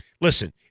listen